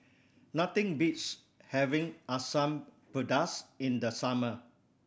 nothing beats having Asam Pedas in the summer